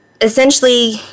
Essentially